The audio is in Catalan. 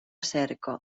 cerca